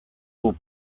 guk